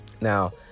Now